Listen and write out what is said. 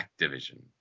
Activision